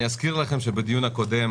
אני אזכיר לכם שבדיון הקודם